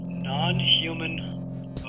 non-human